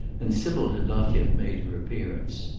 and sybil had not yet made her appearance.